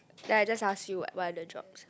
then I just ask you what what other jobs